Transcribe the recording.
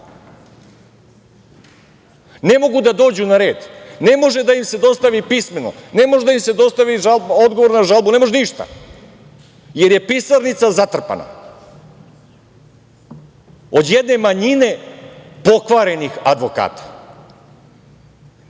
Ne mogu da dođu na red. Ne može da im se dostavi pismeno. Ne može da im se dostavi žalba, odgovor na žalbu, ne može ništa, jer je pisarnica zatrpana, od jedne manjine pokvarenih advokata.Zašto